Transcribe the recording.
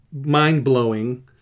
mind-blowing